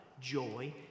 joy